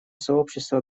сообщества